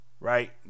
Right